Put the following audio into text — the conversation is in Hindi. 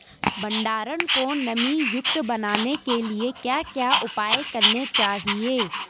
भंडारण को नमी युक्त बनाने के लिए क्या क्या उपाय करने चाहिए?